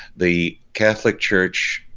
the catholic church,